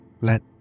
let